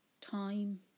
time